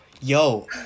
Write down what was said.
Yo